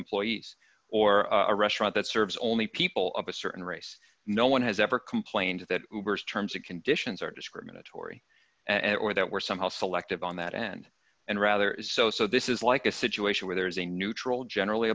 employees or a restaurant that serves only people of a certain race no one has ever complained that terms and conditions are discriminatory and or that we're somehow selective on that end and rather is so so this is like a situation where there is a neutral generally